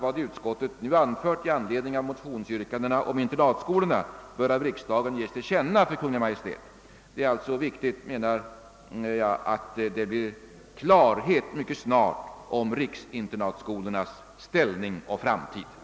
Vad utskottet nu anfört i anledning av motionsyrkandena om internatskolorna bör av riksdagen ges till känna för Kungl. Maj:t.> Det är alltså viktigt att det mycket snart skapas klarhet i fråga om riksinternatskolornas framtida ställning.